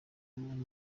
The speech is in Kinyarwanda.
w’amaguru